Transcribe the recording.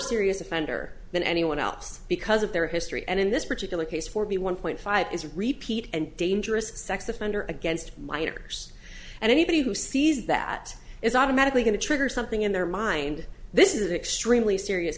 serious offender than anyone else because of their history and in this particular case for me one point five is repeat and dangerous sex offender against minors and anybody who sees that is automatically going to trigger something in their mind this is an extremely serious